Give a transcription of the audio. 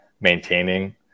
maintaining